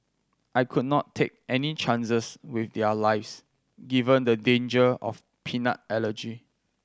I could not take any chances with their lives given the danger of peanut allergy